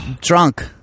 drunk